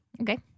Okay